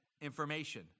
information